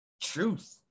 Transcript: truth